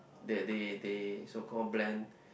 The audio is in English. that they they so call blend